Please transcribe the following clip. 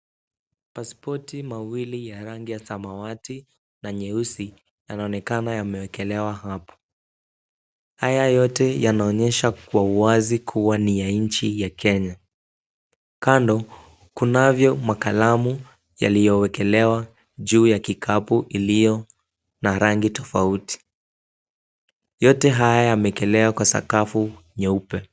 Pasipoti mawili ya rangi ya samawati na nyeusi, yanaonekana yameekelewa hapo. Haya yote yanaonyesha kwa uwazi kuwa ni ya nchi ya Kenya. Kando kunayo makalamu yaliyowekelewa juu ya kikapu iliyo na rangi tofauti. Yote haya yameekelewa kwa sakafu nyeupe.